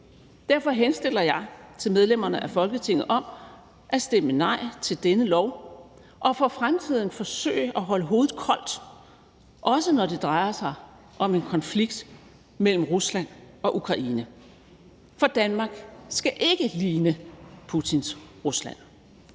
Derfor henstiller jeg til medlemmerne af Folketinget om at stemme nej til dette lovforslag og for fremtiden forsøge at holde hovedet koldt, også når det drejer sig om en konflikt mellem Rusland og Ukraine. For Danmark skal ikke ligne Putins Rusland.